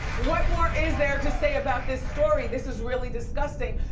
what more is there to say about this story? this is really disgusting.